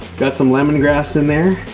got some lemon grass in there.